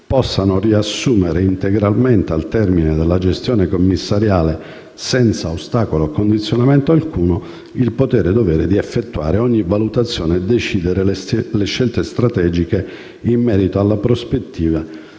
possano riassumere integralmente, al termine della gestione commissariale, senza ostacolo o condizionamento alcuno, il potere/dovere di effettuare ogni valutazione e decidere le scelte strategiche in merito alle prospettive